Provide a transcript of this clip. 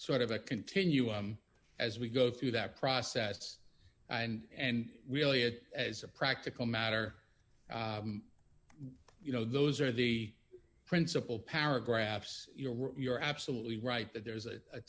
sort of a continuum as we go through that process and really it as a practical matter you know those are the principal paragraphs you know you're absolutely right that there's a